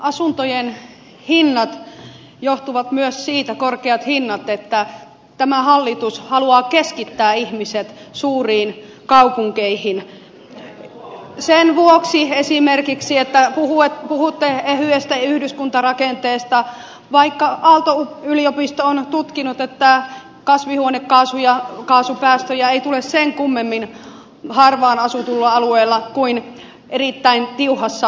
asuntojen korkeat hinnat johtuvat myös siitä että tämä hallitus haluaa keskittää ihmiset suuriin kaupunkeihin sen vuoksi esimerkiksi että puhutte ehyestä yhdyskuntarakenteesta vaikka aalto yliopisto on tutkinut että kasvihuonekaasupäästöjä ei tule sen kummemmin harvaan asutulla alueella kuin erittäin tiuhassa asutuksessa